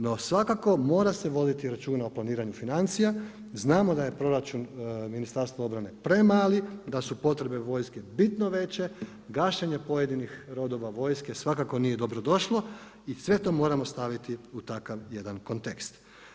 No svakako mora se voditi računa u planiranju financija, znamo da je proračun Ministarstva obrane premali, da su potrebe vojske bitno veće, gašenje pojedinih rodova vojske svakako nije dobrodošlo, i sve to moramo staviti u takav jedan kontekst.